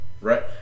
Right